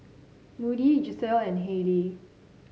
Moody Gisselle and Haylie